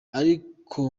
ariko